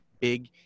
big